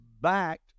backed